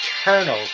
eternal